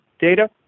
data